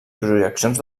projeccions